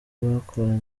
bakoranye